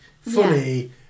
funny